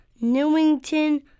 Newington